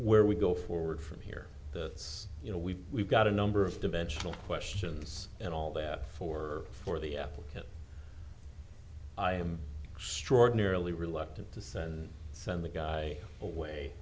where we go forward from here it's you know we've we've got a number of dimensional questions and all that for for the applicant i am strong nearly reluctant to send send the guy away